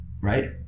right